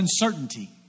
uncertainty